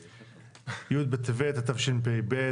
י' בטבת התשפ"ב,